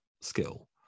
skill